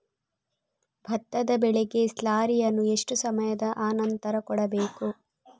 ಭತ್ತದ ಬೆಳೆಗೆ ಸ್ಲಾರಿಯನು ಎಷ್ಟು ಸಮಯದ ಆನಂತರ ಕೊಡಬೇಕು?